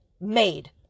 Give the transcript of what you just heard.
made